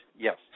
Yes